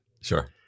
Sure